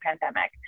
pandemic